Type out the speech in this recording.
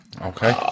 okay